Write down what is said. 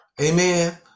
Amen